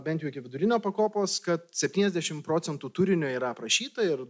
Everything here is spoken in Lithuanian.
bent jau iki vidurinio pakopos kad septyniasdešim procentų turinio yra aprašyta ir